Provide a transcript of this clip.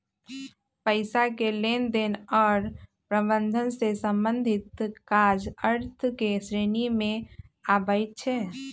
पइसा के लेनदेन आऽ प्रबंधन से संबंधित काज अर्थ के श्रेणी में आबइ छै